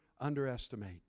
underestimate